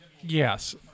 Yes